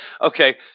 Okay